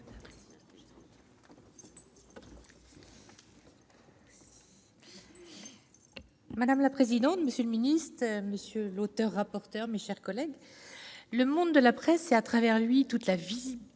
Madame la présidente, monsieur le ministre, monsieur le rapporteur, mes chers collègues, le monde de la presse et, à travers lui, toute la vitalité